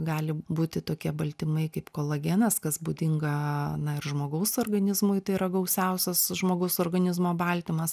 gali būti tokie baltymai kaip kolagenas kas būdinga na ir žmogaus organizmui tai yra gausiausias žmogaus organizmo baltymas